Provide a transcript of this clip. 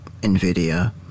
nvidia